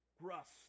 Russ